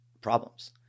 problems